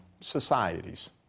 societies